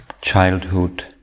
childhood